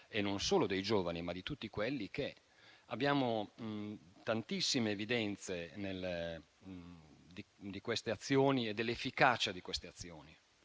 e non solo dei giovani, ma di tutti. Abbiamo tantissime evidenze di queste azioni e dell'efficacia di queste azioni.